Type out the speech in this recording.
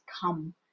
come